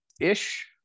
ish